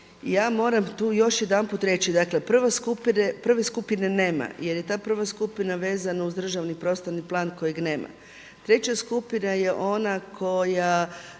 Ja moram tu još jedanput reći. Dakle prve skupine nema, jer je ta prva skupina vezana uz državni prostorni plan kojeg nema. Treća skupina je ona koja